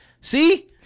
See